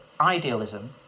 idealism